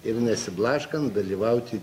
ir nesiblaškant dalyvauti